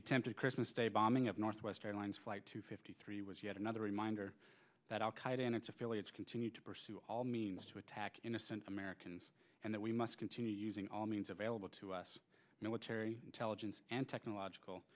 attempted christmas day bomb northwest airlines flight two fifty three was yet another reminder that al qaeda and its affiliates continue to pursue all means to attack innocent americans and that we must continue using all means available to us military intelligence and technological